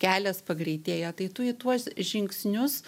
kelias pagreitėja tai tu į tuos žingsnius